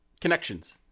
connections